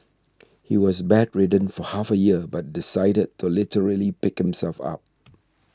he was bedridden for half a year but decided to literally pick himself up